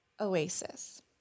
Oasis